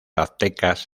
aztecas